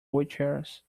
wheelchairs